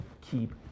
keep